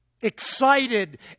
excited